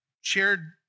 shared